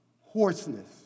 hoarseness